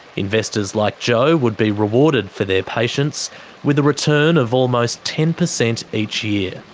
investors like jo would be rewarded for their patience with a return of almost ten percent each year.